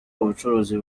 ubucuruzi